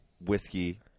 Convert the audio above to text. whiskey